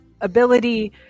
ability